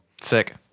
Sick